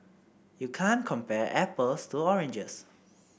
you can't compare apples to oranges